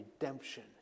redemption